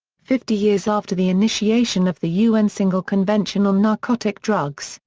fifty years after the initiation of the un single convention on narcotic drugs,